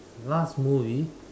last movie